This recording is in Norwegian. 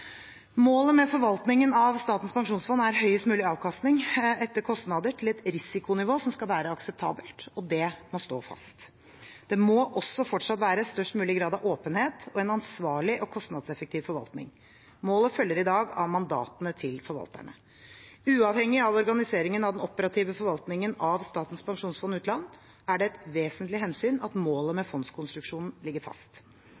Målet med forvaltningen av Statens pensjonsfond er høyest mulig avkastning etter kostnader til et risikonivå som skal være akseptabelt. Det må stå fast. Det må også fortsatt være størst mulig grad av åpenhet og en ansvarlig og kostnadseffektiv forvaltning. Målet følger i dag av mandatene til forvalterne. Uavhengig av organiseringen av den operative forvaltningen av Statens pensjonsfond utland er det et vesentlig hensyn at målet med fondskonstruksjonen ligger fast.